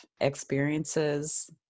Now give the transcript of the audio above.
experiences